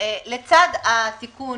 לצד התיקון